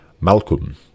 Malcolm